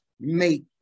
make